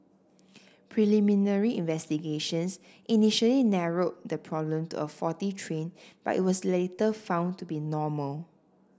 preliminary investigations initially narrowed the problem to a faulty train but it was later found to be normal